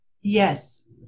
Yes